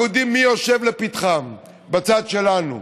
אנחנו יודעים מי יושב לפתחן בצד שלנו.